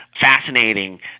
fascinating